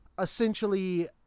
essentially